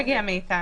זה לא הגיע מאיתנו.